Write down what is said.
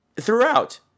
Throughout